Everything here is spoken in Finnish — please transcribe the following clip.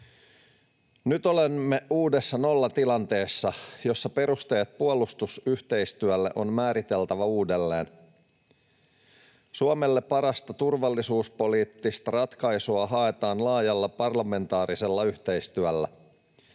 Nyt olemme uudessa nollatilanteessa, jossa perusteet puolustusyhteistyölle on määriteltävä uudelleen. Suomelle parasta turvallisuuspoliittista ratkaisua haetaan laajalla parlamentaarisella yhteistyöllä.